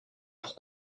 pour